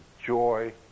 joy